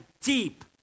deep